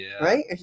Right